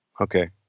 Okay